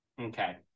Okay